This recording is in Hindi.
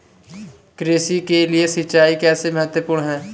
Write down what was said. कृषि के लिए सिंचाई कैसे महत्वपूर्ण है?